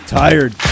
tired